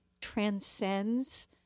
transcends